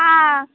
ആ